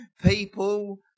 People